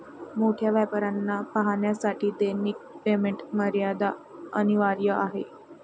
मोठ्या व्यापाऱ्यांना पाहण्यासाठी दैनिक पेमेंट मर्यादा अनिवार्य आहे